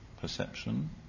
perception